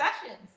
sessions